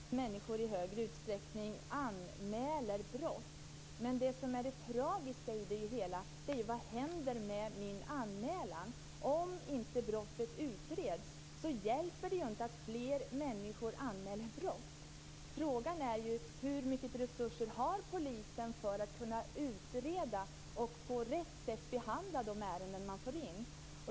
Fru talman! Självklart är det positivt att människor i högre utsträckning anmäler brott. Men det tragiska i det hela är: Vad händer med min anmälan? Om inte brottet utreds hjälper det inte att fler människor anmäler brott. Frågan är: Hur mycket resurser har polisen för att kunna utreda och på rätt sätt behandla de ärenden man får in?